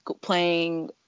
playing